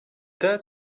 dead